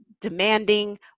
demanding